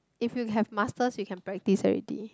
if you have muscles you can practice already